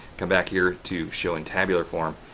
come back here to show in tabular form.